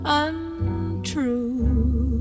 untrue